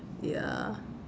ya